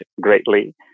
greatly